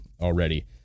already